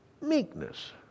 meekness